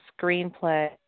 screenplay